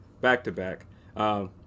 back-to-back